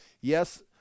Yes